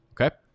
okay